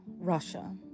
Russia